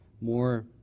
more